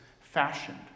fashioned